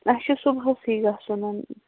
اسہِ چھُ صُبحسٕے گژھُن